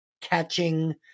catching